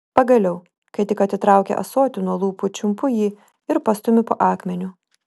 pagaliau kai tik atitraukia ąsotį nuo lūpų čiumpu jį ir pastumiu po akmeniu